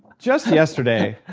just yesterday,